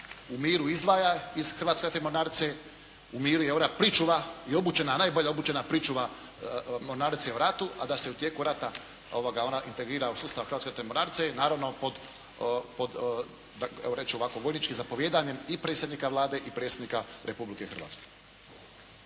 u miru izdvaja iz Hrvatske ratne mornarice, u miru je ona pričuva i obučena, najbolje obučena pričuva mornarice u ratu, a da se u tijeku rata ona integrira u sustav Hrvatske ratne mornarice, naravno pod evo reći ću ovako vojničkim zapovijedanjem i predsjednika Vlade i Predsjednika Republike Hrvatske.